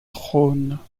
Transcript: dronne